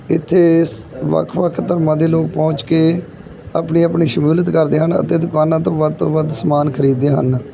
ਇੱਥੇ ਵੱਖ ਵੱਖ ਧਰਮਾਂ ਦੇ ਲੋਕ ਪਹੁੰਚ ਕੇ ਆਪਣੀ ਆਪਣੀ ਸ਼ਮੂਲੀਅਤ ਕਰਦੇ ਹਨ ਅਤੇ ਦੁਕਾਨਾਂ ਤੋਂ ਵੱਧ ਤੋਂ ਵੱਧ ਸਮਾਨ ਖ਼ਰੀਦਦੇ ਹਨ